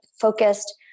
focused